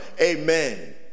Amen